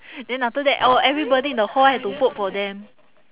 then after that oh everybody in the hall have to vote for them